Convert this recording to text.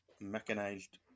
mechanized